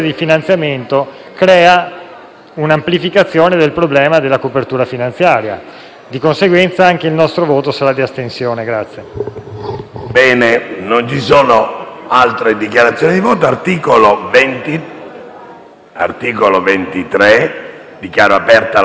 un'amplificazione del problema della copertura finanziaria. Di conseguenza, anche il nostro voto sarà di astensione.